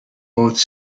both